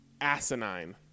asinine